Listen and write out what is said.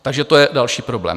Takže to je další problém.